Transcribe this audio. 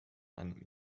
einem